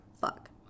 fuck